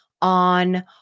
on